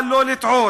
אבל לא לטעות: